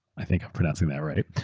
i think i'm pronouncing that right.